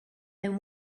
then